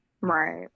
Right